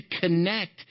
connect